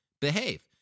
behave